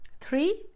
Three